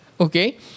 Okay